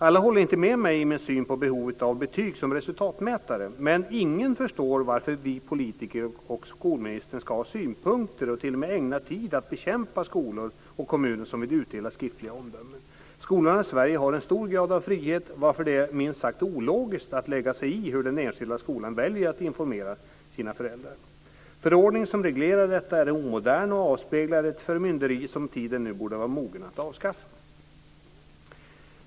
Alla håller inte med mig i min syn på behovet av betyg som resultatmätare, men ingen förstår varför vi politiker och skolministern ska ha synpunkter och t.o.m. ägna tid åt att bekämpa skolor och kommuner som vill utdela skriftliga omdömen. Skolan i Sverige har en hög grad av frihet, varför det är minst sagt ologiskt att lägga sig i hur den enskilda skolan väljer att informera föräldrarna. Den förordning som reglerar detta är omodern och avspeglar ett förmynderi, och tiden borde nu vara mogen för att avskaffa det.